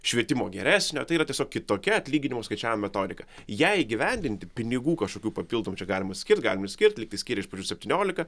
švietimo geresnio tai yra tiesiog kitokia atlyginimų skaičiavimo metodika jai įgyvendinti pinigų kažkokių papildomų čia galima skirt galima neskirt lyg tai skyrė iš pradžių septyniolika